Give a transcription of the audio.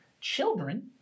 children